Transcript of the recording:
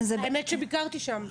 האמת שביקרתי שם.